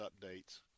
updates